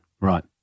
Right